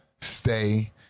Stay